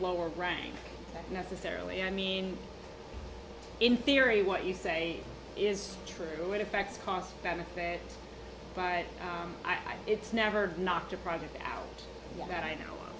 lower rank necessarily i mean in theory what you say is true it affects cost benefit but i know it's never knocked a project that i know